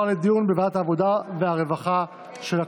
לדיון בוועדת העבודה והרווחה של הכנסת.